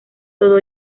todo